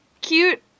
cute